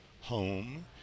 home